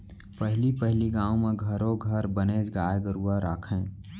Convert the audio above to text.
पहली पहिली गाँव म घरो घर बनेच गाय गरूवा राखयँ